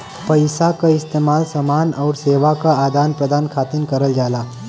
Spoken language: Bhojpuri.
पइसा क इस्तेमाल समान आउर सेवा क आदान प्रदान खातिर करल जाला